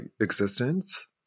existence